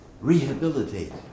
rehabilitate